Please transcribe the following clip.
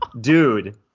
dude